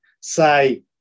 say